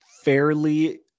fairly